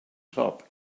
top